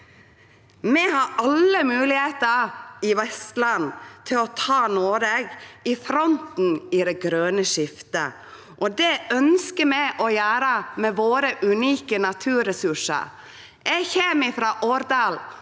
Vi har alle moglegheiter i Vestland til å ta Noreg i fronten i det grøne skiftet, og det ønskjer vi å gjere med våre unike naturresursar. Eg kjem frå Årdal,